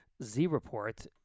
Z-Report